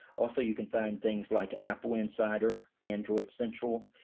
also you can find things like apple insider, android central.